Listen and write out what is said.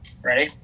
Ready